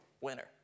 winner